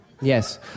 yes